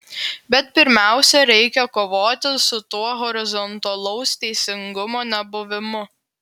bet pirmiausia reikia kovoti su tuo horizontalaus teisingumo nebuvimu